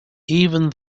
even